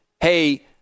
hey